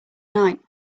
night